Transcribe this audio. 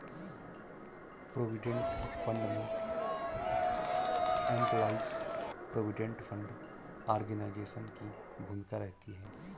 provident fund में employees provident fund organisation की भूमिका रहती है